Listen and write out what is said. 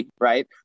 right